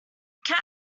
cat